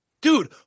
Dude